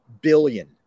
billion